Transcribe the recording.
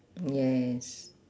yes